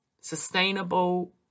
sustainable